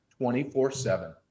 24-7